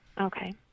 Okay